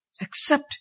accept